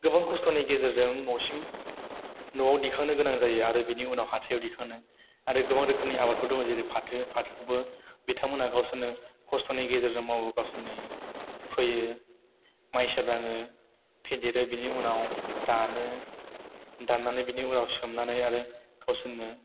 गोबां खस्थ'नि गेजेरजों न'सिम न'आव दिखांनो गोनां जायो आरो बिनि उनाव हाथाइआव दिखांनो आरो गोबां रोखोमनि आबादफोर दङ जेरै फाथो फाथोखौबो बिथांमोना गावसोरनो खस्थ'नि गेजेरजों मावो गावसोरनो फैयो माइसा दानो फेदेरो बिनि उनाव दानो दाननानै बिनि उनाव सोमनानै आरो गावसोरनो